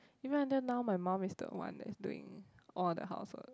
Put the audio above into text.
even until now my mum is still the one that's doing all the housework